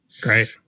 Great